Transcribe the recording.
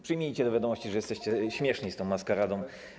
Przyjmijcie do wiadomości, że jesteście śmieszni z tą maskaradą.